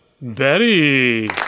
Betty